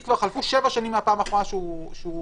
שחלפו כבר שבע שנים מהפעם האחרונה שהוא נהג,